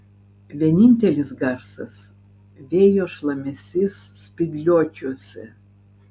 vienintelis garsas vėjo šlamesys spygliuočiuose